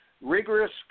Rigorous